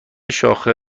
شاخه